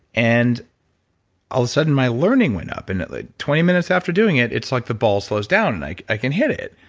and all of a sudden, my learning went up. and like twenty minutes after doing it, it's like the ball slows down, and like i can hit it.